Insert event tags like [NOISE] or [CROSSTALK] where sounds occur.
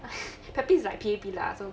[NOISE] pepys like P_A_P lah so